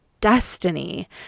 destiny